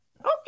Okay